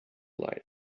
lights